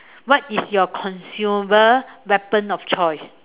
what is your consumable weapon of choice